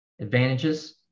advantages